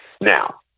Now